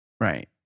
Right